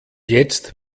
jetzt